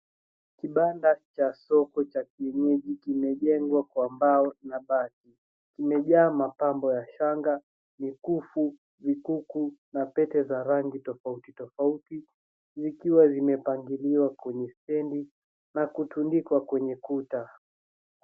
Kibanda cha soko cha kienyeji kimejengwa kwa mbao na bati. Kimejaa mapambo ya shanga, mikufu, vikuku na pete za rangi tofauti tofauti, nikiwa zimepangiliwa kwenye stendi na kutundikwa kwenye kuta.